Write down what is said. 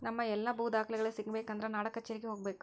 ನಮ್ಮ ಎಲ್ಲಾ ಭೂ ದಾಖಲೆಗಳು ಸಿಗಬೇಕು ಅಂದ್ರ ನಾಡಕಛೇರಿಗೆ ಹೋಗಬೇಕು